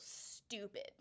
stupid